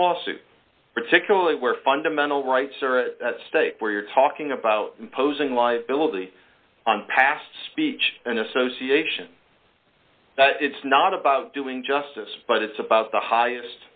lawsuit particularly where fundamental rights stay where you're talking about imposing liability on past speech and association that it's not about doing justice but it's about the highest